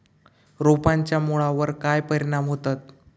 रोपांच्या मुळावर काय परिणाम होतत?